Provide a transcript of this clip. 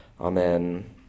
Amen